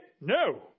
No